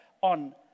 on